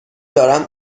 دارم